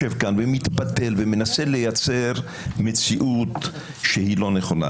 ומתפתל ומנסה לייצר מציאות שהיא לא נכונה.